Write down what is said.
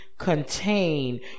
contain